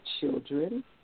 children